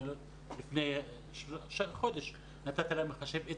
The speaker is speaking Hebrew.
לפני חודש נתתי לה מחשב,